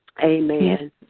amen